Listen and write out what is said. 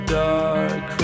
dark